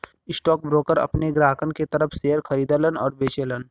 stockbroker अपने ग्राहकन के तरफ शेयर खरीदलन आउर बेचलन